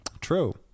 True